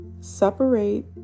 separate